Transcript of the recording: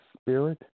spirit